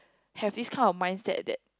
have this kind of mindset that